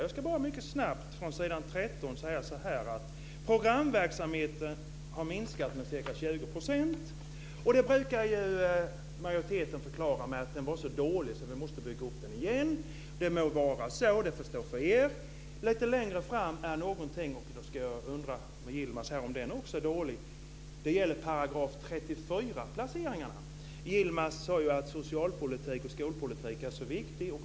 Jag ska bara mycket snabbt kommentera vad som står på s. 13. Programverksamheten har minskat med ca 20 %. Det brukar ju majoriteten förklara med att den var så dålig så vi måste bygga upp den igen. Det må vara så. Det får stå för er. Lite längre fram står det om § 34-placeringarna. Då vill jag fråga Yilmaz Kerimo om de också är dåliga. Yilmaz Kerimo sade ju att socialpolitik och skolpolitik är så viktiga.